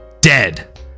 dead